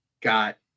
got